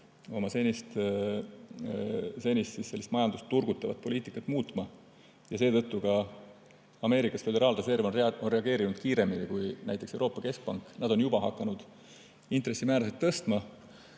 oma senist majandust turgutavat poliitikat muutma. Seetõttu on Ameerika [Ühendriikide] Föderaalreserv reageerinud kiiremini kui näiteks Euroopa Keskpank, nad on juba hakanud intressimäärasid tõstma.